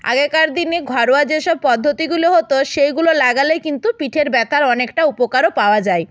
আগেকার দিনে ঘরোয়া যেসব পদ্ধতিগুলো হতো সেইগুলো লাগালে কিন্তু পিঠের ব্যথার অনেকটা উপকারও পাওয়া যায়